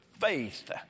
faith